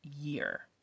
year